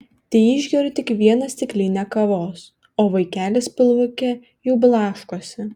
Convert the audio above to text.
teišgeriu tik vieną stiklinę kavos o vaikelis pilvuke jau blaškosi